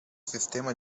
sistema